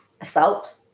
Assault